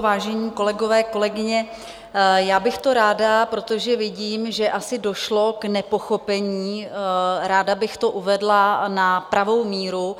Vážení kolegové, kolegyně, já bych to ráda, protože vidím, že asi došlo k nepochopení, uvedla na pravou míru.